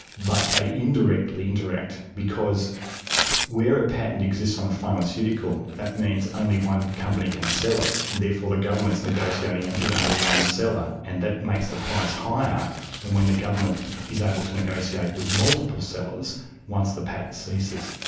but they indirectly interact because where a patent exists on a pharmaceutical, that means only one company can sell it, and therefore the government is negotiating it with only one seller, and that makes the price higher than when the government is able to negotiate with multiple sellers once the patent ceases.